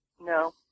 No